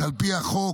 על פי החוק,